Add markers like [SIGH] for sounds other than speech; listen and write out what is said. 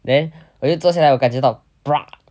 then 我又坐下我感觉到 [NOISE]